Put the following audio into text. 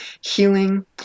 healing